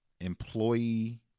Employee